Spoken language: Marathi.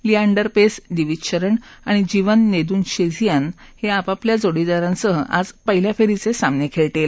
लिएंडर पेस दिविज शरण आणि जीवन नेदूनशेझियान हे आपापल्या जोडीदारांसह आज पहिल्या फेरीचे सामने खेळतील